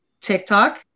TikTok